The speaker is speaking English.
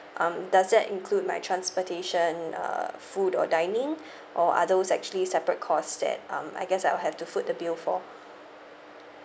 um does that include my transportation uh food or dining or are those actually separate cost that um I guess I'll have to foot the bill for